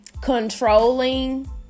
controlling